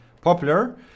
popular